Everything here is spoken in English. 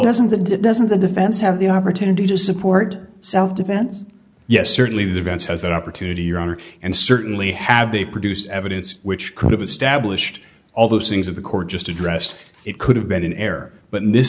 doesn't the doesn't the defense have the opportunity to support self defense yes certainly the vents has that opportunity your honor and certainly have they produced evidence which could have established all those things that the court just addressed it could have been err but in this